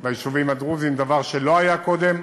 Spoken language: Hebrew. ביישובים הדרוזיים, לא היה קודם,